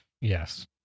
yes